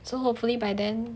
so hopefully by then